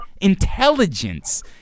intelligence